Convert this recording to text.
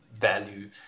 value